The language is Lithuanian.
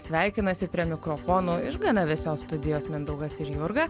sveikinasi prie mikrofono iš gana vėsios studijos mindaugas ir jurga